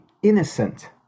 innocent